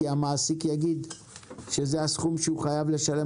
כי המעסיק יגיד שזה הסכום שהוא חייב לשלם